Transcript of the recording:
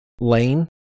Lane